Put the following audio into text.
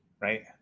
right